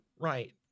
Right